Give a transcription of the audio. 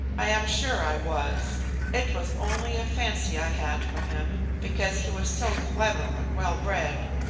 i am sure i was it was only a fancy i had for him, because he was so clever and well-bred.